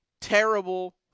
Terrible